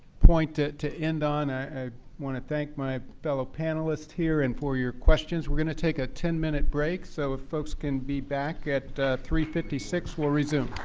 point to to end on. i ah want to thank my fellow panelists here and for your questions. we're going to take a ten minute break so ah folks can be back at three fifty six, we'll resume.